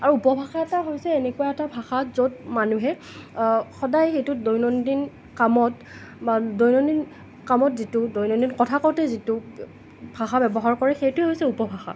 আৰু উপভাষা এটা হৈছে এনেকুৱা এটা ভাষা য'ত মানুহে সদায় সেইটো দৈনন্দিন কামত দৈনন্দিন কামত যিটো দৈনন্দিন কথা কওঁতে যিটো ভাষা ব্যৱহাৰ কৰে সেইটো হৈছে উপভাষা